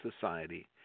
society